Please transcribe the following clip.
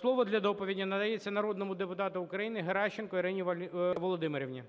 Слово для доповіді надається народному депутату України Геращенко Ірині Володимирівні.